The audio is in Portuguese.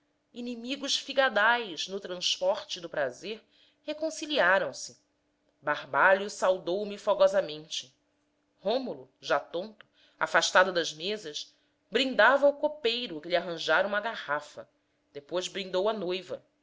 inimigos figadais no transporte do prazer reconciliaram se barbalho saudou me fogosamente rômulo já tonto afastado das mesas brindava o copeiro que lhe arranjara uma garrafa depois brindou a noiva